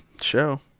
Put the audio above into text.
show